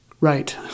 Right